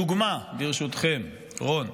דוגמה, ברשותכם, רון.